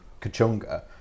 Kachunga